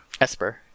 Esper